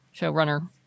showrunner